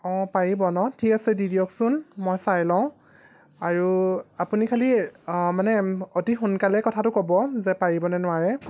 অঁ পাৰিব ন ঠিক আছে দি দিয়কচোন মই চাই লওঁ আৰু আপুনি খালি অঁ মানে অতি সোনকালে কথাটো ক'ব যে পাৰিব নে নোৱাৰে